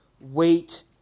wait